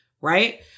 right